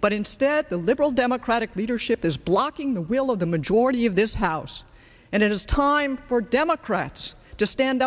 but instead the liberal democratic leadership is blocking the will of the majority of this house and it is time for democrats to stand